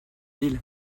ils